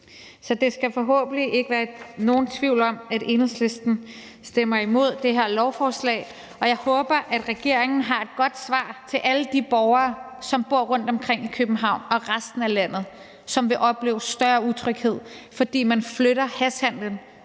Så der skal ikke være nogen tvivl om, at Enhedslisten stemmer imod det her lovforslag. Jeg håber, at regeringen har et godt svar til alle de borgere, som bor rundtomkring i København og resten af landet, og som vil opleve større utryghed, fordi man flytter hashhandelen